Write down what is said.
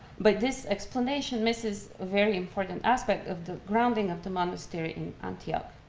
but this explanation misses a very important aspect of the grounding of the monastery in antioch.